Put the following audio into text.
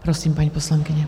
Prosím, paní poslankyně.